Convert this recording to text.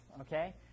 Okay